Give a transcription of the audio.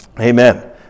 Amen